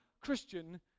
Christian